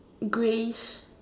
Greyish